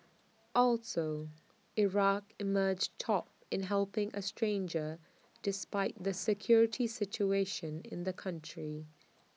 also Iraq emerged top in helping A stranger despite the security situation in the country